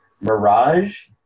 Mirage